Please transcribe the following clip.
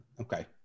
Okay